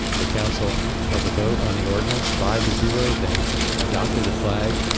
the council held a vote on the ordinance, five to zero, they adopted the flag,